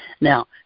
Now